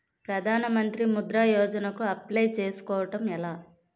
ప్రధాన మంత్రి ముద్రా యోజన కు అప్లయ్ చేసుకోవటం ఎలా?